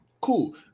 cool